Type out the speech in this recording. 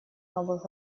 новых